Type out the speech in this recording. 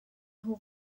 nhw